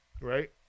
Right